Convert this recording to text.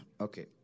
Okay